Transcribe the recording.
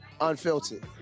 Unfiltered